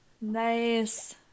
Nice